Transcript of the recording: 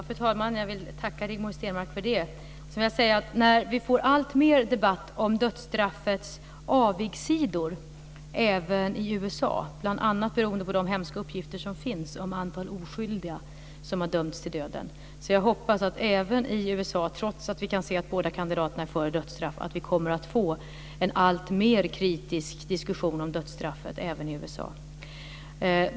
Fru talman! Jag vill tacka Rigmor Stenmark för det. Vi får alltmer debatt om dödsstraffets avigsidor även i USA, bl.a. beroende på de hemska uppgifter som finns om ett antal oskyldiga som har dömts till döden. Därför hoppas jag, trots att vi kan se att båda kandidaterna är för dödsstraff, att man kommer att få en alltmer kritisk diskussion om dödsstraffet även i USA.